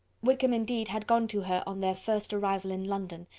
wickham indeed had gone to her on their first arrival in london,